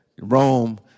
Rome